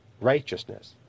righteousness